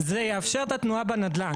זה יאפשר את התנועה בנדל"ן.